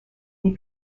des